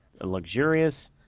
Luxurious